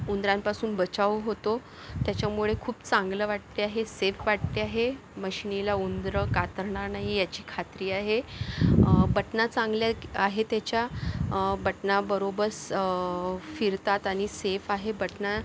उंदरांपासून बचाव होतो त्याच्यामुळे खूप चांगलं वाटते आहे सेफ वाटते आहे मशनीला उंदरं कातरणार नाही ह्याची खात्री आहे बटणं चांगली आहे त्याच्या बटणाबरोबर स फिरतात आणि सेफ आहे बटणं